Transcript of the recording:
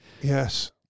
Yes